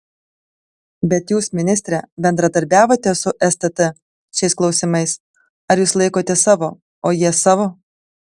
bet jūs ministre bendradarbiavote su stt šiais klausimais ar jūs laikotės savo o jie savo